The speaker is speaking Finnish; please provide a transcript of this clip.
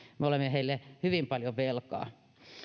me olemme heille hyvin paljon velkaa on